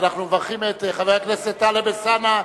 אנחנו מברכים את חבר הכנסת טלב אלסאנע,